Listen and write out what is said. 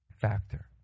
factor